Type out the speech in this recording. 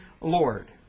Lord